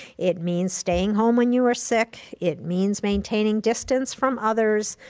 it means staying home when you are sick. it means maintaining distance from others.